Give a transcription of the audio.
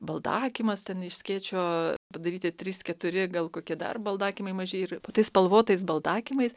baldakimas ten iš skėčio padaryti trys keturi gal kokie dar baldakimai maži ir po tai spalvotais baldakimais